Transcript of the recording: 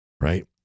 Right